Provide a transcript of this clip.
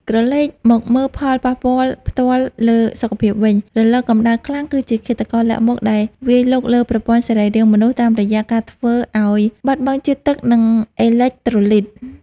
ក្រឡេកមកមើលផលប៉ះពាល់ផ្ទាល់លើសុខភាពវិញ រលកកម្ដៅខ្លាំងគឺជាឃាតករលាក់មុខដែលវាយលុកលើប្រព័ន្ធសរីរាង្គមនុស្សតាមរយៈការធ្វើឱ្យបាត់បង់ជាតិទឹក និងអេឡិចត្រូឡីត។